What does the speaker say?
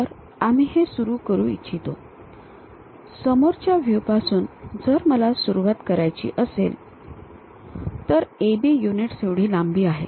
तर आम्ही हे सुरू करू इच्छितो समोरच्या व्ह्यू पासून जर मला सुरुवात करायची असेल तर A B युनिट्स एवढी लांबी आहे